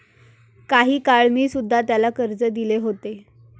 काही काळ मी सुध्धा त्याला कर्ज दिले होते